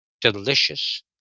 delicious